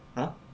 !huh!